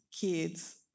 kids